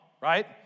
right